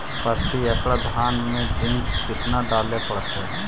प्रती एकड़ धान मे जिंक कतना डाले पड़ताई?